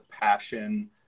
passion